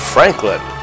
Franklin